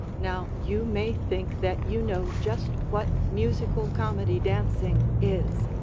now you may think that you know just what musical comedy dancing is,